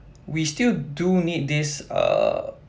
we still do need this err